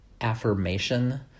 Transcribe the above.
affirmation